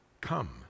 Come